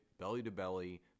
belly-to-belly